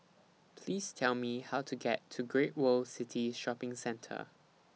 Please Tell Me How to get to Great World City Shopping Centre